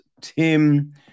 Tim